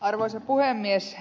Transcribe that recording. arvoisa puhemies